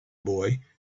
boy